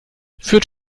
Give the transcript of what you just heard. führt